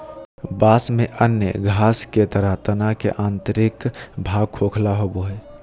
बाँस में अन्य घास के तरह तना के आंतरिक भाग खोखला होबो हइ